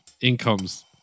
incomes